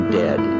dead